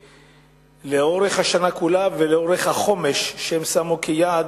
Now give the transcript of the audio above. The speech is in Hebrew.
לאורך השנה כולה ולאורך החומש שהם שמו כיעד.